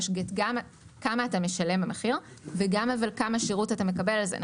יש גם כמה המחיר שאתה משלם אבל גם כמה שירות אתה מקבל על זה.